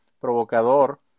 provocador